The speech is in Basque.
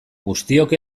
guztiok